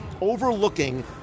overlooking